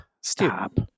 Stop